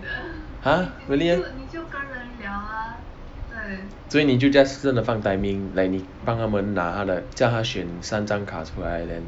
!huh! really meh 所以你就真的放 timing like 你帮他们拿他的叫他选三张卡出来 then